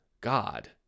God